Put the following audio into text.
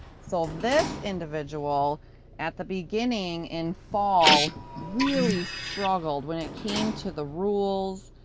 so, this individual at the beginning and fall really struggled when it came to the rules.